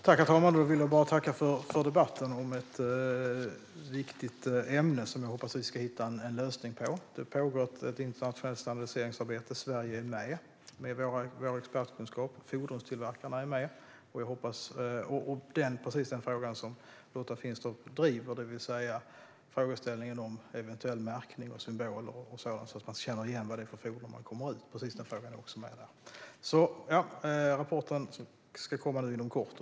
Herr talman! Jag vill bara tacka för denna debatt om ett viktigt ämne. Jag hoppas att vi ska hitta en lösning på detta. Det pågår ett internationellt standardiseringsarbete där Sverige medverkar med sin expertkunskap. Fordonstillverkarna är med. Precis den fråga som Lotta Finstorp tar upp, alltså märkningar eller symboler för att man ska kunna veta vad det är för fordon räddningstjänsten åker ut till, är också med i arbetet. Rapporten ska komma inom kort.